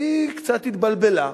היא קצת התבלבלה,